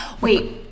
wait